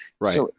Right